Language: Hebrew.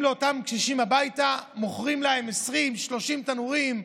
לאותם קשישים הביתה ומוכרים להם 20 30 תנורים,